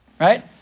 right